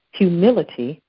humility